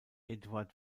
eduard